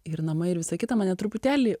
ir namai ir visa kita mane truputėlį